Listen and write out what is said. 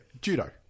judo